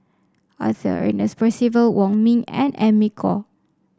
Arthur Ernest Percival Wong Ming and Amy Khor